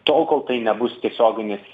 tol kol tai nebus tiesioginis